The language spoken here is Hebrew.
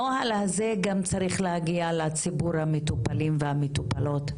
הנוהל הזה גם צריך להגיע לציבור המטופלים והמטופלות,